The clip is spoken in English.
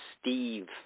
Steve